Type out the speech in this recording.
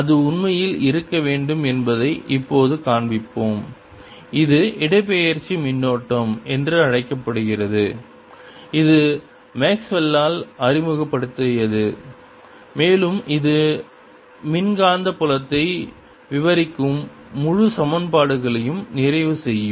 அது உண்மையில் இருக்க வேண்டும் என்பதை இப்போது காண்பிப்போம் அது இடப்பெயர்ச்சி மின்னோட்டம் என்று அழைக்கப்படுகிறது இது மேக்ஸ்வெல்லால் அறிமுகப்படுத்தியது மேலும் இது மின்காந்த புலத்தை விவரிக்கும் முழு சமன்பாடுகளையும் நிறைவு செய்யும்